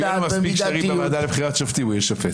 אם יהיו לא מספיק קשרים בוועדה לבחירת שופטים הוא יהיה שופט.